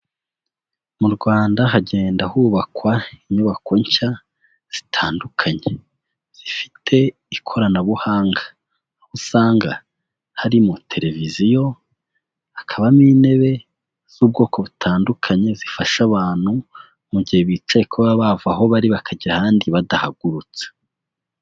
Mu Rwanda hagenda hubakwa inyubako nshya zitandukanye, zifite ikoranabuhanga, aho usanga harimo televiziyo, hakabamo intebe z'ubwoko butandukanye zifasha abantu mu gihe bicaye kuba bava aho bari bakajya ahandi badahagurutse.